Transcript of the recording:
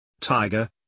tiger